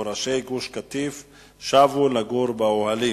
יעקב כץ שאל את ראש הממשלה ביום ט'